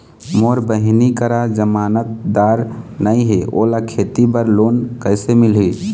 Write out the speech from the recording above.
मोर बहिनी करा जमानतदार नई हे, ओला खेती बर लोन कइसे मिलही?